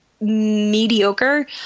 mediocre